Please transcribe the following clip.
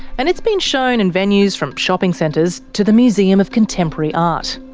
and it's been shown in venues from shopping centres to the museum of contemporary art.